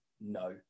no